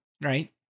right